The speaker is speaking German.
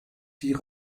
die